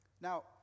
Now